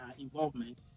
involvement